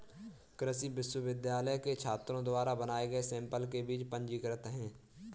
कृषि विश्वविद्यालय के छात्रों द्वारा बनाए गए सैंपल के बीज पंजीकृत हैं